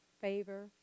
favor